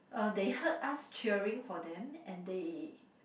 uh they heard us cheering for them and they